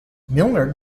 milner